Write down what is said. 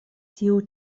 tiu